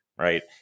Right